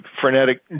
frenetic